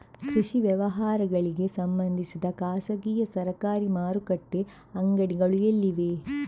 ಕೃಷಿ ವ್ಯವಹಾರಗಳಿಗೆ ಸಂಬಂಧಿಸಿದ ಖಾಸಗಿಯಾ ಸರಕಾರಿ ಮಾರುಕಟ್ಟೆ ಅಂಗಡಿಗಳು ಎಲ್ಲಿವೆ?